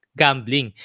gambling